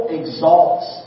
exalts